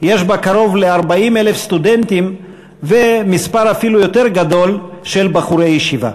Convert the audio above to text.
יש בה קרוב ל-40,000 סטודנטים ומספר אפילו יותר גדול של בחורי ישיבה.